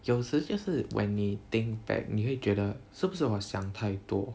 有时就是 when 你 think back 你会觉得是不是我想太多